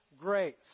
grace